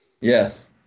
Yes